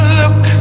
look